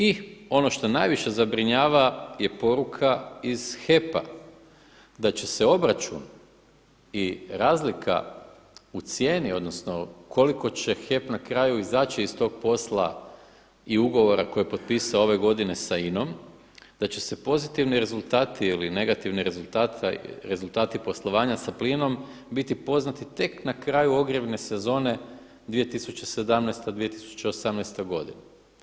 I ono što najviše zabrinjava je poruka iz HEP-a da će se obračun i razlika u cijeni, odnosno koliko će HEP na kraju izaći iz tog posla i ugovora koje je potpisao ove godine sa INA-om da će se pozitivni rezultati ili negativni rezultati poslovanja sa plinom biti poznati tek na kraju ogrjevne sezone 2017./2018. godina.